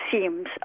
seems